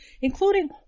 including